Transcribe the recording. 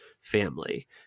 family